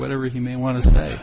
whatever he may want to say